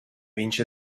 vince